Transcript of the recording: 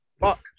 fuck